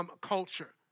culture